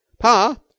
pa